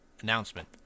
Announcement